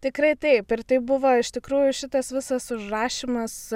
tikrai taip ir taip buvo iš tikrųjų šitas visas užrašymas